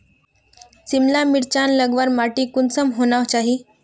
सिमला मिर्चान लगवार माटी कुंसम होना चही?